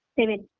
seven